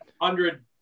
hundred